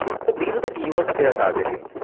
so these are the keywords they are targeting.